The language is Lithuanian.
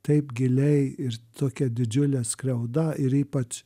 taip giliai ir tokia didžiulė skriauda ir ypač